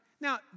Now